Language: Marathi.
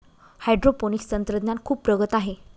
हायड्रोपोनिक्स तंत्रज्ञान खूप प्रगत आहे